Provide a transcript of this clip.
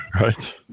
Right